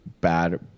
bad